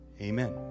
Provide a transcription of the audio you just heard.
amen